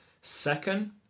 Second